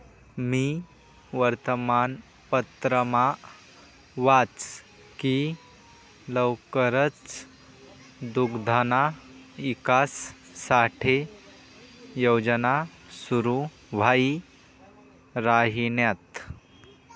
मी वर्तमानपत्रमा वाच की लवकरच दुग्धना ईकास साठे योजना सुरू व्हाई राहिन्यात